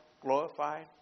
glorified